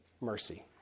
mercy